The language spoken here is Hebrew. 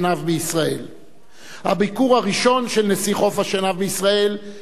הביקור הראשון של נשיא חוף-השנהב בישראל נערך ב-1962